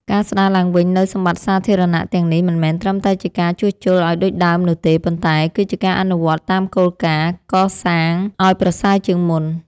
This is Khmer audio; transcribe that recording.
ការស្តារឡើងវិញនូវសម្បត្តិសាធារណៈទាំងនេះមិនមែនត្រឹមតែជាការជួសជុលឱ្យដូចដើមនោះទេ ប៉ុន្តែគឺជាការអនុវត្តតាមគោលការណ៍ កសាងឱ្យប្រសើរជាងមុន។